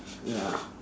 ya